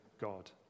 God